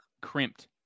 crimped